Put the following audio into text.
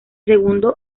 segundo